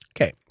Okay